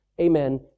Amen